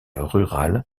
rural